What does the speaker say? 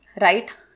Right